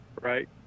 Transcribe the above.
Right